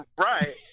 Right